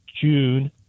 June